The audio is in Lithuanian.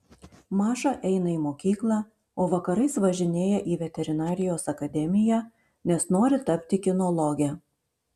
maša eina į mokyklą o vakarais važinėja į veterinarijos akademiją nes nori tapti kinologe